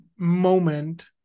moment